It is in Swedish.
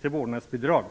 till vårdnadsbidrag.